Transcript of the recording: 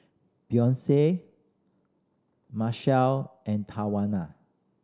Beyonce Marshall and Tawanna